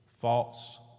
false